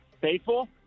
Faithful